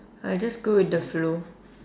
I just go with the flow